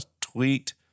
tweet